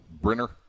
Brenner